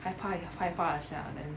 害怕害怕一下 then